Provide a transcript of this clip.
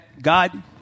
God